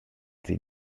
sie